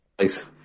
Nice